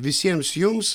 visiems jums